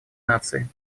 нации